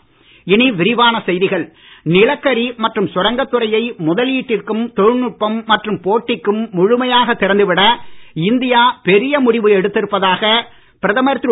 மோடி நிலக்கரி மற்றும் சுரங்கத் துறையை முதலீட்டிற்கும் தொழில்நுட்பம் மற்றும் போட்டிக்கும் முழுமையாக திறந்து விட இந்தியா பெரிய முடிவு எடுத்திருப்பதாக பிரதமர் திரு